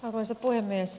arvoisa puhemies